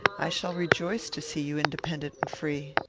i shall rejoice to see you independent and free.